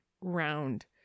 round